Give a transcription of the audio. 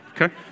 okay